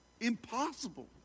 impossible